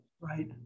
Right